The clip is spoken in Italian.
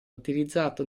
utilizzato